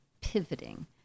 pivoting